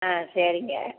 ஆ சரிங்க